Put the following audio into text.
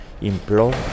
Implore